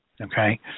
okay